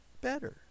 Better